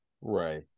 Right